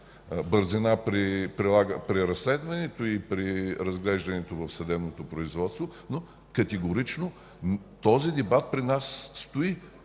бързина при разследването и при разглеждането на съдебното производство, но категорично този дебат пред нас стои: